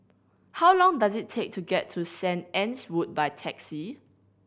how long does it take to get to Saint Anne's Wood by taxi